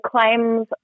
claims